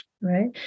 right